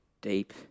deep